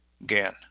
again